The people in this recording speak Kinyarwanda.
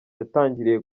yatangiriye